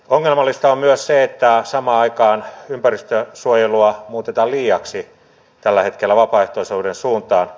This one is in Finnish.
ongelmallista on myös se että samaan aikaan ympäristönsuojelua muutetaan liiaksi tällä hetkellä vapaaehtoisuuden suuntaan